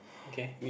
okay